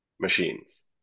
machines